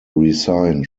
resigned